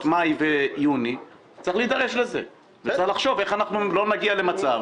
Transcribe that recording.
מאי-יוני צריך להידרש לזה ולחשוב איך לא נגיע למצב